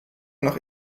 nach